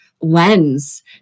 lens